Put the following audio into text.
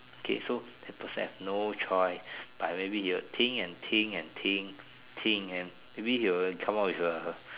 okay so that person have no choice but maybe he will think and think and think think and maybe he will come up with a